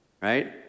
right